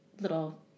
little